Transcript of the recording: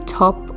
top